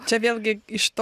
čia vėlgi iš to